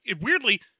Weirdly